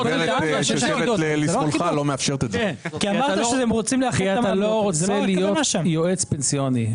כי אתה לא רוצה להיות יועץ פנסיוני.